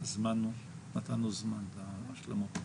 נתנו זמן להשלמות.